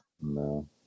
No